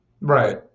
Right